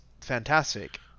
fantastic